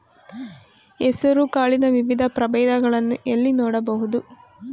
ಹೆಸರು ಕಾಳಿನ ವಿವಿಧ ಪ್ರಭೇದಗಳನ್ನು ಎಲ್ಲಿ ನೋಡಬಹುದು?